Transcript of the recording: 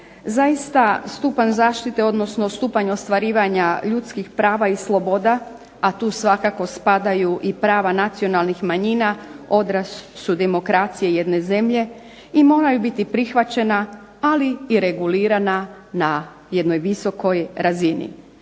Zaista stupanj zaštite, odnosno stupanj ostvarivanja prava i sloboda, a tu svakako spadaju i prava nacionalnih manjina odraz su demokracije jedne zemlje i moraju biti prihvaćena ali i regulirana na jednoj visokoj razini.